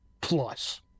plus